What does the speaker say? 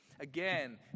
Again